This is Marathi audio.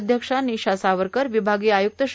अध्यक्षा निशा सावरकर विभागीय आयुक्त श्री